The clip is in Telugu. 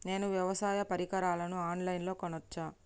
నేను వ్యవసాయ పరికరాలను ఆన్ లైన్ లో కొనచ్చా?